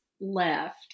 left